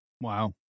Wow